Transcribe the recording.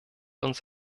uns